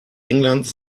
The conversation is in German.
englands